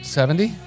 Seventy